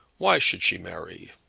why should she marry?